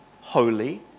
holy